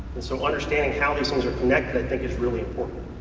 and so understanding how these things are connected i think is really important.